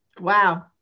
Wow